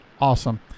Awesome